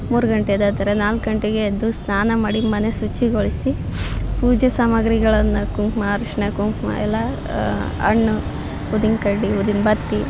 ಮೂರು ಗಂಟೆ ಎದ್ದೇಳ್ತಾರೆ ನಾಲ್ಕು ಗಂಟೆಗೆ ಎದ್ದು ಸ್ನಾನ ಮಾಡಿ ಮನೆ ಶುಚಿಗೊಳ್ಸಿ ಪೂಜೆ ಸಾಮಗ್ರಿಗಳನ್ನು ಕುಂಕುಮ ಅರ್ಶಿನ ಕುಂಕುಮ ಎಲ್ಲ ಹಣ್ಣು ಊದಿನ್ ಕಡ್ಡಿ ಊದಿನ್ ಬತ್ತಿ